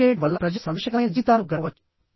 call చేయడం వల్ల ప్రజలు సంతోషకరమైన జీవితాలను గడపవచ్చు